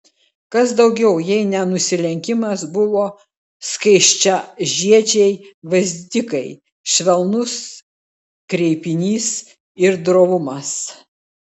kas daugiau jeigu ne nusilenkimas buvo skaisčiažiedžiai gvazdikai švelnus kreipinys ir drovumas